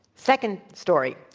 second story.